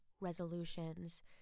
resolutions